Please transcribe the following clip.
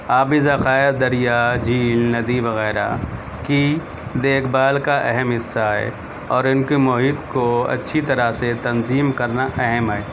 آبی ذخائر دریا جھیل ندی وغیرہ کی دیکھ بھال کا اہم حصہ ہے اور ان کے محیط کو اچھی طرح سے تنظیم کرنا اہم ہے